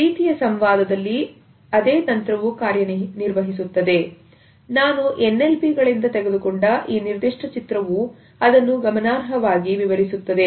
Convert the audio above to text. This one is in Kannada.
ಈ ರೀತಿಯ ಸಂವಾದದಲ್ಲಿ ಅದೇ ತಂತ್ರವು ಕಾರ್ಯನಿರ್ವಹಿಸುತ್ತದೆ ನಾನು NLP ಗಳಿಂದ ತೆಗೆದುಕೊಂಡ ಈ ನಿರ್ದಿಷ್ಟ ಚಿತ್ರವೂ ಅದನ್ನು ಗಮನಾರ್ಹವಾಗಿ ವಿವರಿಸುತ್ತದೆ